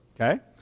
okay